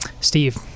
Steve